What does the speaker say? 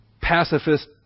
pacifist